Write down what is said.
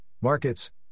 markets